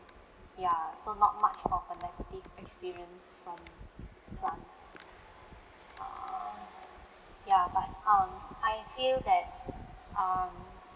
ya so not much from a negative experience from plants uh ya but um I feel that um